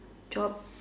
job